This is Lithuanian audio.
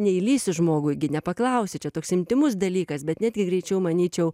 neįlįsi žmogui gi nepaklausi čia toks intymus dalykas bet netgi greičiau manyčiau